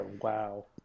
wow